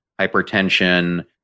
hypertension